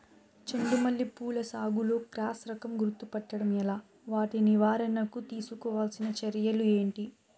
చెండు మల్లి పూల సాగులో క్రాస్ రకం గుర్తుపట్టడం ఎలా? వాటి నివారణకు తీసుకోవాల్సిన చర్యలు ఏంటి?